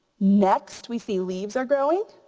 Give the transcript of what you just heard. next we see leaves are growing.